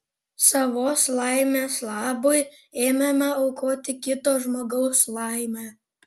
savos laimės labui ėmėme aukoti kito žmogaus laimę